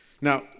Now